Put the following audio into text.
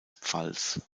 pfalz